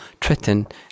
threatened